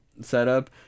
setup